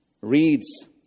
reads